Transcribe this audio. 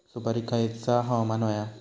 सुपरिक खयचा हवामान होया?